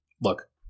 look